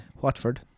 Watford